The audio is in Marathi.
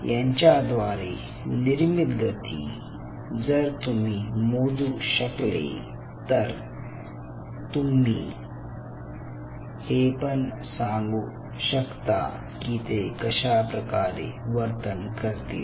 यांच्या द्वारे निर्मीत गती जर तुम्ही मोजू शकले तर तुम्ही हे पण सांगू शकता की ते कशा प्रकारे वर्तन करतील